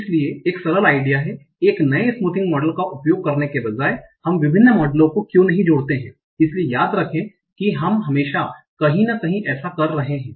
इसलिए एक सरल आइडिया हैं एक नए स्मूथिंग मॉडल का उपयोग करने के बजाय हम विभिन्न मॉडलों को क्यों नहीं जोड़ते हैं इसलिए याद रखें कि हम हमेशा कहीं न कहीं ऐसा कर रहे हैं